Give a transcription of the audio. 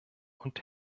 und